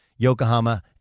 Yokohama